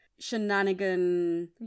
shenanigan